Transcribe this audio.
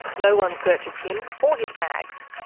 no one searches him or his bags.